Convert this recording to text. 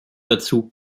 dazu